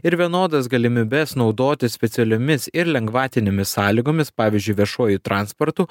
ir vienodas galimybes naudotis specialiomis ir lengvatinėmis sąlygomis pavyzdžiui viešuoju transportu